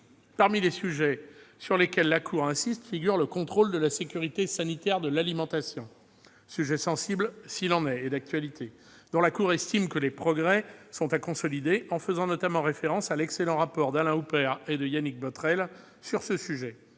Parmi les sujets sur lesquels la Cour des comptes insiste figure le contrôle de la sécurité sanitaire de l'alimentation -sujet sensible et d'actualité s'il en est -, dont la Cour des comptes estime que les progrès sont à consolider, faisant notamment référence à l'excellent rapport d'Alain Houpert et de Yannick Botrel sur ce sujet.